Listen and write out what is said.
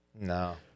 No